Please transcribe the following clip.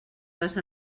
les